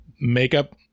makeup